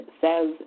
says